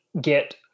get